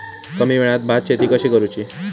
कमी वेळात भात शेती कशी करुची?